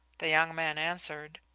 the young man answered,